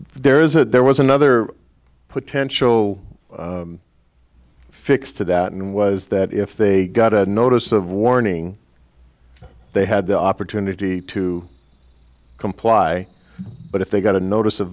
there is a there was another potential fix to that and was that if they got a notice of warning they had the opportunity to comply but if they got a notice of